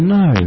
no